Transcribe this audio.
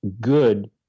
good